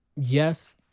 yes